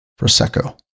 Prosecco